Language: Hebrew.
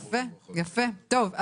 טוב.